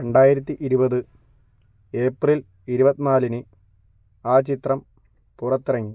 രണ്ടായിരത്തി ഇരുപത് ഏപ്രിൽ ഇരുപത്തി നാലിന് ആ ചിത്രം പുറത്തിറങ്ങി